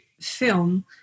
film